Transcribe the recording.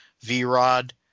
V-Rod